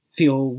feel